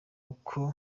uko